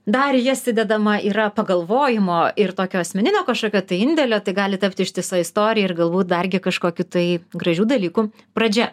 dar į jas įdedama yra pagalvojimo ir tokio asmeninio kažkokio tai indėlio tai gali tapt ištisa istorija ir galbūt dargi kažkokių tai gražių dalykų pradžia